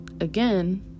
again